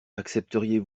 accepteriez